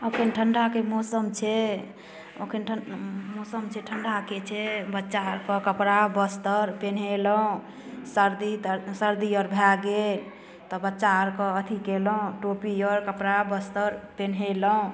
एखन ठण्डाके मौसम छै एखन ठण्डाके मौसम छै ठण्डाके छै बच्चाके कपड़ा वस्तर पिनहेलहुँ सर्दी तर सर्दी आओर भऽ गेल तऽ बच्चा आओरके अथी केलहुँ टोपी आओर कपड़ा वस्तर पिनहेलहुँ